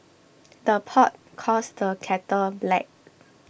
the pot calls the kettle black